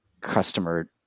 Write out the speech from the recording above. customer